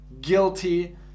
guilty